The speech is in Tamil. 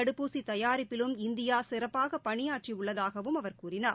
தடுப்பூசி தயாரிப்பிலும் இந்தியா சிறப்பாக பணியாற்றியுள்ளதாகவும் அவர் கூறினார்